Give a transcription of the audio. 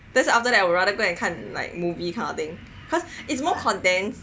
that's why after that I would rather go and 看 like movie kind of thing cause it's more content